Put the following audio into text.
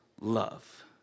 love